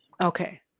Okay